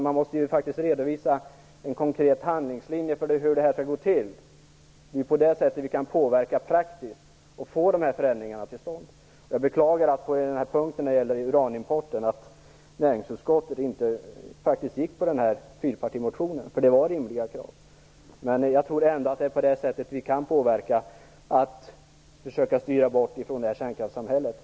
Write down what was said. Man måste redovisa en konkret handlingslinje för hur detta skall gå till. Det är på det sättet vi kan påverka praktiskt, och få förändringar till stånd. När det gäller uranimporten beklagar jag att näringsutskottet inte följde fyrpartimotionens linje, för det var rimliga krav som framfördes där. Jag tror ändå att det är på det sättet vi kan påverka och försöka styra bort från kärnkraftssamhället.